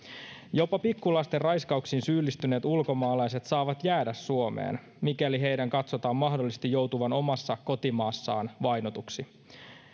jopa pikkulasten raiskauksiin syyllistyneet ulkomaalaiset saavat jäädä suomeen mikäli heidän katsotaan mahdollisesti joutuvan omassa kotimaassaan vainotuksi